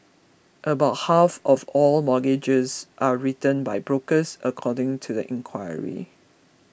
about half of all mortgages are written by brokers according to the inquiry